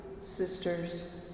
sisters